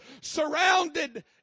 surrounded